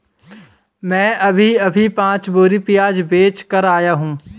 मैं अभी अभी पांच बोरी प्याज बेच कर आया हूं